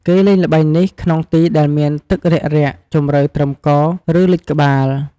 គេលេងល្បែងនេះ ក្នុងទីដែលមានទឹករាក់ៗ ជម្រៅត្រឹមក ឬលិចក្បាល ។